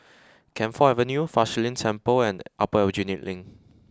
Camphor Avenue Fa Shi Lin Temple and Upper Aljunied Link